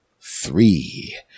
three